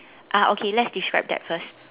ah okay let's describe that first